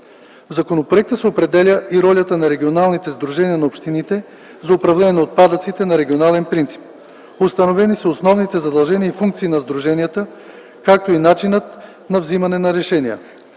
В законопроекта се определя ролята на регионалните сдружения на общините за управление на отпадъците на регионален принцип. Установени са основните задължения и функции на сдруженията, както и начинът на взимане на решения.